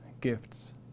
gifts